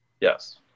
Yes